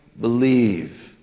believe